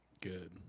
Good